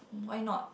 why not